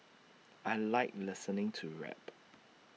I Like listening to rap